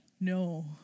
No